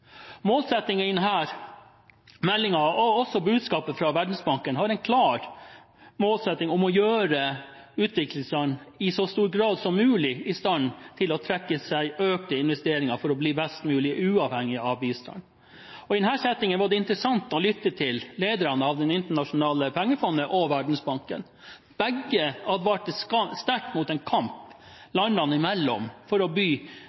og også budskapet fra Verdensbanken er å gjøre utviklingsland i så stor grad som mulig i stand til å trekke til seg økte investeringer for å bli mest mulig uavhengig av bistand. I den settingen var det interessant å lytte til lederne av Det internasjonale pengefondet og Verdensbanken. Begge advarte sterkt mot en kamp landene imellom for å